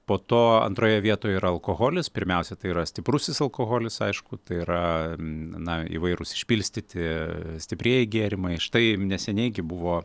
po to antroje vietoje yra alkoholis pirmiausia tai yra stiprusis alkoholis aišku tai yra na įvairūs išpilstyti stiprieji gėrimai štai neseniai gi buvo